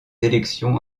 élections